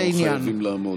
לא חייבים לעמוד.